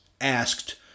asked